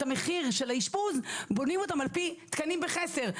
המחיר של האשפוז בונים ואתם על פי תקנים בחסר.